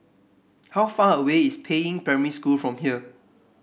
how far away is Peiying Primary School from here